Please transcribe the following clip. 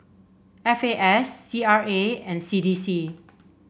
F A S C R A and C D C